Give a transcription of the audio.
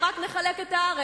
אם רק נחלק את הארץ.